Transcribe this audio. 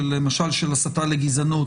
למשל של הסתה לגזענות,